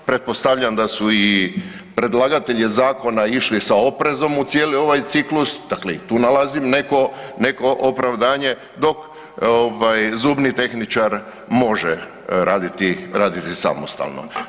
Pretpostavljam da su i predlagatelji zakona išli sa oprezom u cijeli ovaj ciklus, dakle i tu nalazim neko, neko opravdanje dok ovaj zubni tehničar može raditi, raditi samostalno.